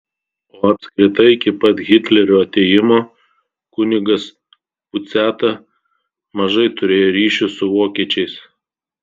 o apskritai iki pat hitlerio atėjimo kunigas puciata mažai turėjo ryšių su vokiečiais